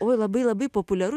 oi labai labai populiaru